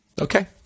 Okay